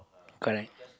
correct